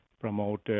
promote